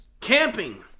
Camping